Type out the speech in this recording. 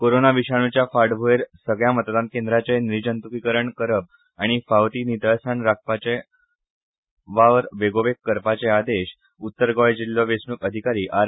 कोरोना विषाणूच्या फाटभूंयेर सगळ्या मतदान केंद्राचे निर्जंतूकीकरण करप आनी फावो ती नितळसाण राखपाचो वावर बेगोबेग करपाचे आदेश उत्तर गोंय जिल्लो वेचणूक अधिकारी आर